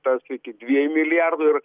tas iki dviejų milijardų ir